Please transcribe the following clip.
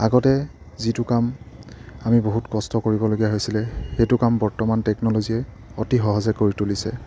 আগতে যিটো কাম আমি বহুত কষ্ট কৰিবলগীয়া হৈছিলে সেইটো কাম বৰ্তমান টেকন'লজিয়ে অতি সহজে কৰি তুলিছে